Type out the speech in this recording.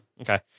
Okay